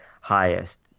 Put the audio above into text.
highest